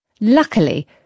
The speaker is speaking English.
Luckily